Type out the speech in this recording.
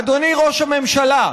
אדוני ראש הממשלה,